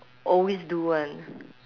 always do [one]